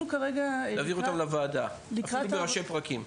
תעבירי אותן לוועדה, אפילו בראשי פרקים.